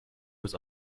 was